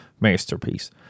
masterpiece